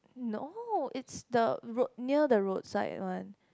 no is the road near the roadside one